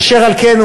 אשר על כן,